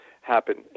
happen